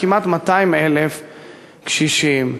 כמעט 200,000 קשישים,